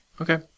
Okay